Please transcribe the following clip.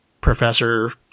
professor